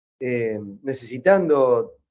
necesitando